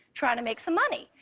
trying to make some money.